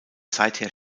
seither